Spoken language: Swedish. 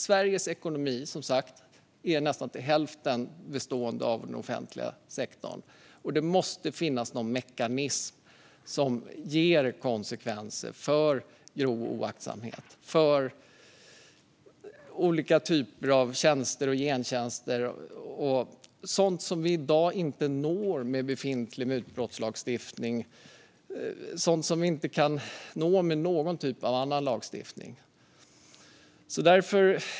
Sveriges ekonomi består till nästan hälften av den offentliga sektorn, och det måste finnas någon mekanism som ger konsekvenser för grov oaktsamhet, för olika typer av tjänster och gentjänster och sådant som vi i dag inte når med befintlig mutbrottslagstiftning eller med någon annan lagstiftning.